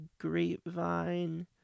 Grapevine